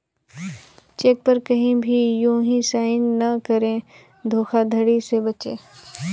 check पर कहीं भी यू हीं साइन न करें धोखाधड़ी से बचे